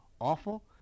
awful